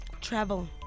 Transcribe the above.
Travel